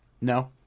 no